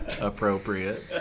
Appropriate